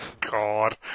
God